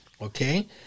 okay